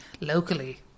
locally